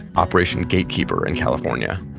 operation gatekeeper in california.